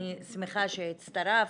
אני שמחה שהצטרפת,